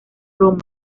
roma